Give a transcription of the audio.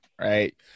right